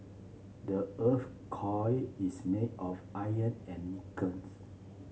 the earth's core is made of iron and nickels